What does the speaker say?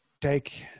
take